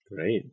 Great